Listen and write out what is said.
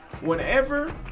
whenever